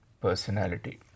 personality